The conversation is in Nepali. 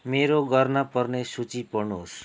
मेरो गर्न पर्ने सूची पढ्नुहोस्